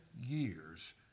years